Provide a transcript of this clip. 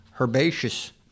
herbaceous